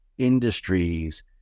industries